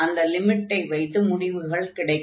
அந்த லிமிட்டை வைத்து முடிவுகள் கிடைக்கும்